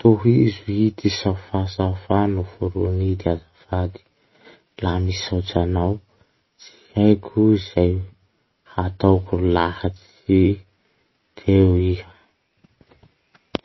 Tohizo ity safasafa noforony ity azafady: "La misaotry anao. Tsy haiko zay hataoko raha tsy teo iha